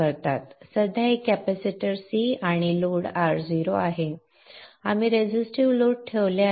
सध्या एक capacitor C आणि लोड Ro आहे आपण रेझिस्टिव्ह लोड ठेवले आहे